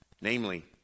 namely